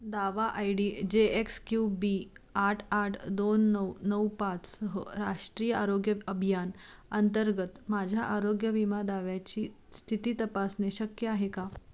दावा I D J X Q B आठ आठ दोन नऊ नऊ पाचसह राष्ट्रीय आरोग्य अभियान अंतर्गत माझ्या आरोग्य विमा दाव्याची स्थिती तपासणे शक्य आहे का